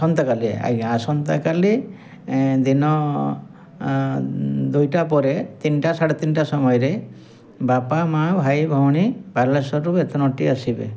ଆସନ୍ତାକାଲି ଆଜ୍ଞା ଆସନ୍ତାକାଲି ଦିନ ଦୁଇଟା ପରେ ତିନିଟା ସାଢ଼େ ତିନିଟା ସମୟରେ ବାପା ମାଁ ଭାଇ ଭଉଣୀ ବାଲେଶ୍ୱରରୁ ବେତନଟି ଆସିବେ